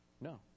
No